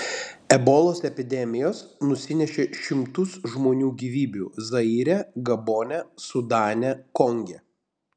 ebolos epidemijos nusinešė šimtus žmonių gyvybių zaire gabone sudane konge